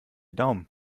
daumen